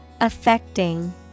Affecting